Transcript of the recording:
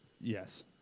yes